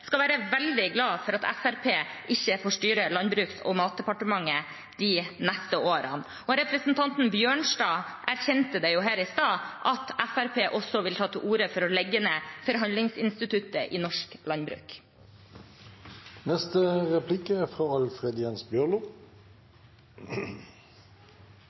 skal være veldig glade for at Fremskrittspartiet ikke får styre landbruks- og matdepartementet de neste årene. Representanten Bjørnstad erkjente jo her i stad at Fremskrittspartiet også vil ta til orde for å legge ned forhandlingsinstituttet i norsk